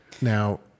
Now